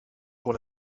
pour